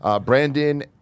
Brandon